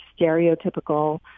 stereotypical